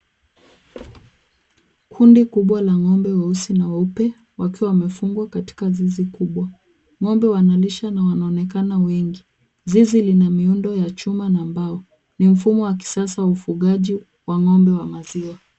Kundi kubwa la ng'ombe weusi na weupe wakiwa wamefungwa katika zizi kubwa. Ng'ombe wanalishwa na wanaonekana wengi. Zizi lina miundo ya chuma na mbao. Ni mfumo wa kisasa wa ufugaji wa ng'ombe wa maziwa.